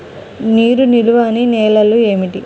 నీరు నిలువని నేలలు ఏమిటి?